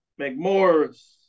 McMorris